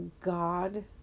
God